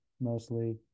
mostly